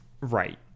right